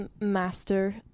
master